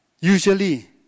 usually